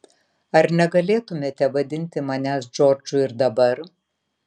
ar negalėtumėte vadinti manęs džordžu ir dabar